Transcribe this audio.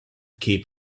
keep